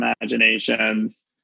imaginations